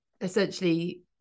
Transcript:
essentially